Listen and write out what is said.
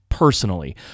personally